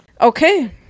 Okay